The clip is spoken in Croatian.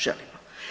Želimo.